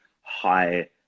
high